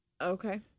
Okay